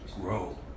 grow